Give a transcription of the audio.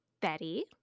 Betty